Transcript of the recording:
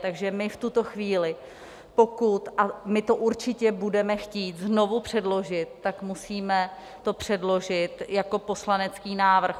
Takže my v tuto chvíli, pokud a my to určitě budeme chtít znovu předložit tak musíme to předložit jako poslanecký návrh.